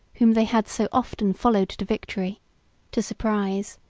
whom they had so often followed to victory to surprise,